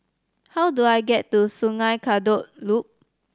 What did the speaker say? how do I get to Sungei Kadut Loop